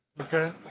Okay